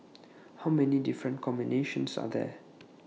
how many different combinations are there